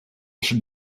should